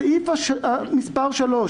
סעיף מספר (3)